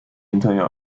hinterher